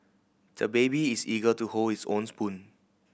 the baby is eager to hold his own spoon